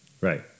Right